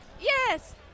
Yes